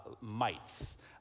mites